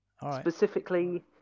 specifically